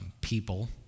people